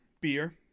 beer